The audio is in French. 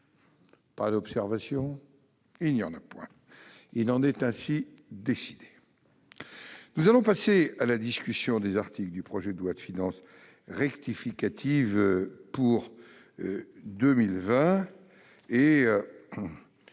pas d'observation ?... Il en est ainsi décidé. Nous passons à la discussion des articles du projet de loi de finances rectificative pour 2020.